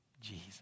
Jesus